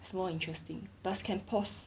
is more interesting plus can pause